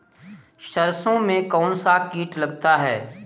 सरसों में कौनसा कीट लगता है?